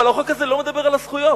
אבל החוק הזה לא מדבר על הזכויות,